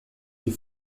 die